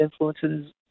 influences